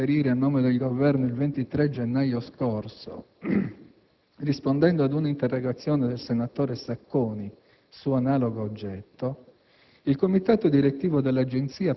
Come ho già avuto modo di chiarire a nome del Governo il 23 gennaio scorso, rispondendo ad un'interrogazione del senatore Sacconi su analogo oggetto,